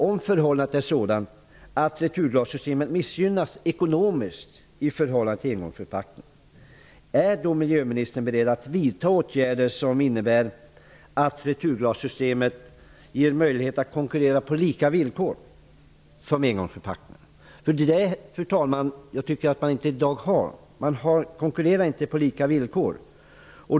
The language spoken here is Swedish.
Om förhållandet är sådant att returglassystemet missgynnas ekonomiskt jämfört med engångsförpackningar, är då miljöministern beredd att vidta åtgärder som innebär att returglassystemet ges möjlighet att konkurrera på samma villkor som gäller för engångsförpackningar? Så är det inte i dag, fru talman. Det råder ingen konkurrens på lika villkor.